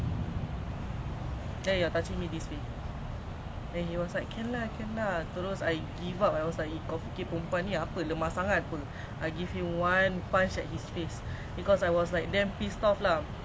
ya those are like misogynistic people I hate that but like I don't know cause I always thought like I can juggle myself but I hear my friends all that the thing is like when you are at the stage K maybe cause you are strong but